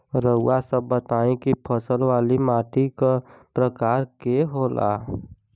रउआ सब बताई कि फसल वाली माटी क प्रकार के होला?